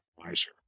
advisor